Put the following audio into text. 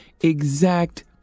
exact